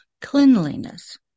cleanliness